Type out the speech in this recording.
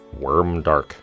Wormdark